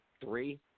three